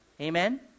Amen